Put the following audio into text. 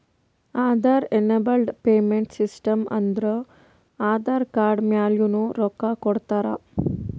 Aadhaar enabled payment system ಅಂದುರ್ Aadhaar card ಮ್ಯಾಲನು ರೊಕ್ಕಾ ಕೊಡ್ತಾರ